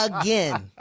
Again